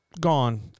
gone